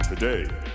Today